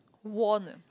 won ah